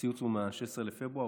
הציוץ הוא מה-16 בפברואר.